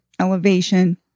elevation